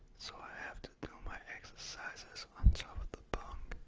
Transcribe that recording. so i have to do my exercises on top of the bunk,